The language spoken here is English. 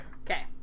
Okay